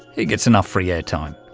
he gets enough free airtime.